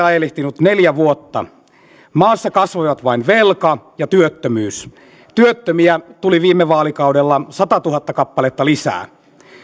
ajelehtinut neljä vuotta maassa kasvoivat vain velka ja työttömyys työttömiä tuli viime vaalikaudella satatuhatta kappaletta lisää